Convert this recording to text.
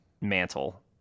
mantle